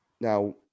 Now